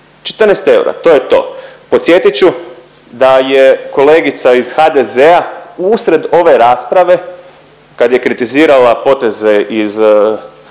14 eura to je to. Podsjetit ću da je kolegica iz HDZ-a usred ove rasprave kad je kritizirala poteze iz,